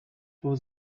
was